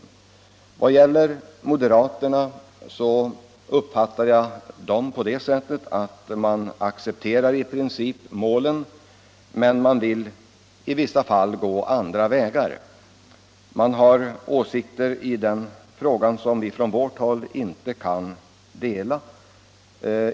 I vad gäller moderaterna uppfattar jag dem på det sättet att de i princip accepterar målen men att de i vissa fall vill gå andra vägar. Moderaterna har i den här frågan åsikter som vi från vårt håll inte kan dela.